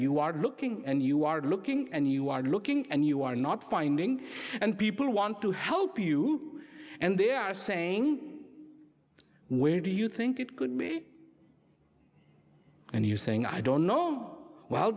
you are looking and you are looking and you are looking and you are not finding and people want to help you and they are saying where do you think it could be and you saying i don't know